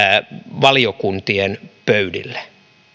valiokuntien pöydille